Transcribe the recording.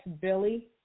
Billy